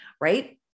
right